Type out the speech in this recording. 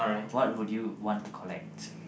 what will you want to collect